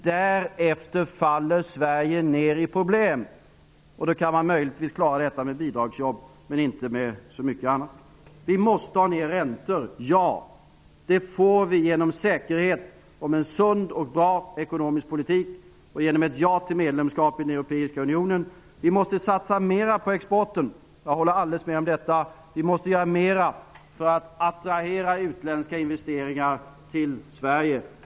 Därefter faller Sverige ner och får problem. Detta kan man möjligen klara av med bidragsjobb men inte med så mycket annat. Vi måste få ner räntor -- ja. Det får vi genom säkerhet, med en sund och bra ekonomisk politik och genom ett ja till medlemskap i den europeiska unionen. Vi måste satsa mera på exporten -- jag håller helt med om det. Vi måste göra mera för att attrahera utländska investeringar till Sverige.